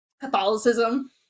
catholicism